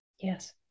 Yes